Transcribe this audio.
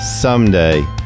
Someday